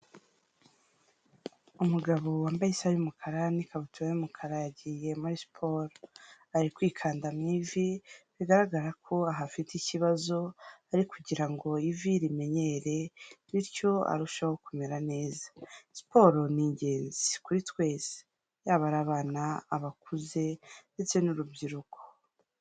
Umugabo wambaye isaha y'umukara n'ikabutura y'umukara yagiye muri siporo, ari kwikanda mu ivi bigaragara ko ahafite ikibazo ari kugira ngo ivi rimenyere bityo arusheho kumera neza, siporo ni ingenzi kuri twese yaba ari abana, abakuze ndetse n'urubyiruko.